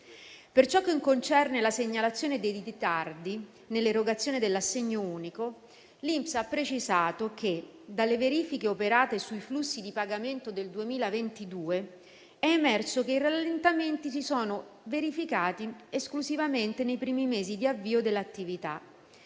Per ciò che concerne la segnalazione dei ritardi nell'erogazione dell'assegno unico, l'INPS ha precisato che, dalle verifiche operate sui flussi di pagamento del 2022, è emerso che i rallentamenti si sono verificati esclusivamente nei primi mesi di avvio dell'attività.